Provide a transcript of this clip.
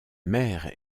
mère